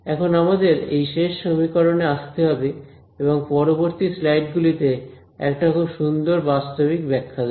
এখন আমাদের এই শেষ সমীকরণে আসতে হবে এবং পরবর্তী স্লাইড গুলিতে একটা খুব সুন্দর বাস্তবিক ব্যাখ্যা দেব